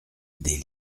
des